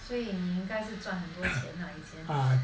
所以你应该是赚很多钱啦以前